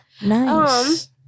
Nice